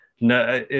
no